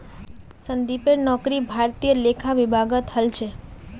संदीपेर नौकरी भारतीय लेखा विभागत हल छ